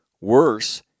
Worse